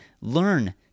Learn